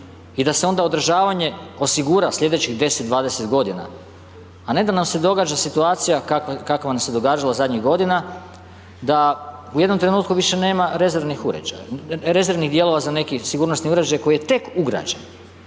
i da se onda održavanje osigura slijedećih 10, 20 godina, a ne da nam se događa situacija kakva nam se događala zadnjih godina, da u jednom trenutku više nema rezervnih uređaja, rezervnih dijelova za neki sigurnosni uređaj koji je tek ugrađen,